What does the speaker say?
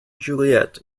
juliet